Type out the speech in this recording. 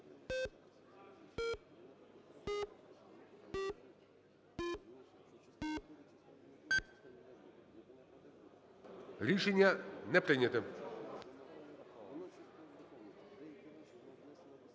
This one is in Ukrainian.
Рішення не прийняте.